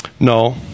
No